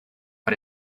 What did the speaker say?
but